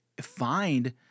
find –